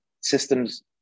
systems